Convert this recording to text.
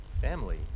family